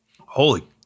Holy